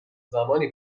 زمانی